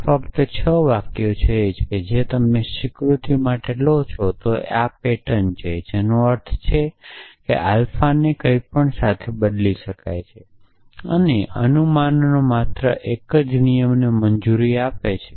આ ફક્ત છ વાક્યો છે જે તમે સ્વીકૃત માટે લો છો તે આ પેટર્ન છે જેનો અર્થ એ છે કે આલ્ફાને કંઈપણ સાથે બદલી શકાય છે અને અનુમાનનો માત્ર એક જ નિયમ મંજૂરી આપે છે